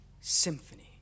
symphony